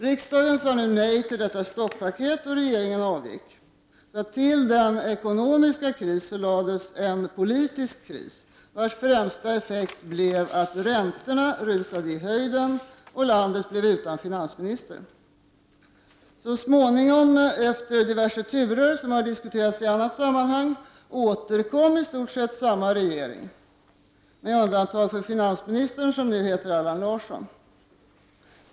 Riksdagen sade nej till stopp-paketet, och regeringen avgick. Till den ekonomiska krisen lades en politisk kris vars främsta effekt blev att räntorna rusade i höjden och landet blev utan finansminister. Så småningom, efter diverse turer som har diskuterats i annat sammanhang, återkom i stort sett samma regering med undantag för finansministern, som nu heter Allan Larsson.